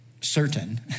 certain